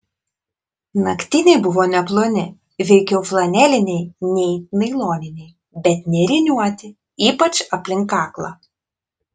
naktiniai buvo neploni veikiau flaneliniai nei nailoniniai bet nėriniuoti ypač aplink kaklą